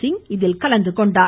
சிங் இதில் கலந்து கொண்டார்